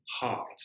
heart